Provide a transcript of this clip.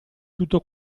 tutto